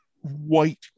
white